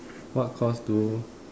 what course do